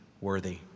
worthy